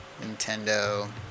Nintendo